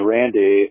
Randy